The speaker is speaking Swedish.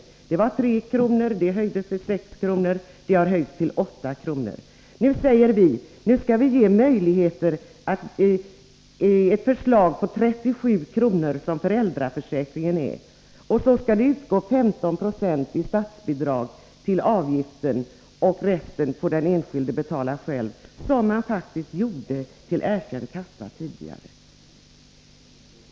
Ersättningen var då 3 kr. Den höjdes till 6 kr. och har sedan höjts till 8 kr. Nu säger vi att vi skall ge möjlighet till ersättning på förslagsvis 37 kr., vilket motsvarar föräldraförsäkringen. Det skall utgå 15 96 i statsbidrag till avgiften, och resten får den enskilde betala själv, vilket man faktiskt gjorde tidigare till erkänd sjukkassa.